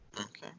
Okay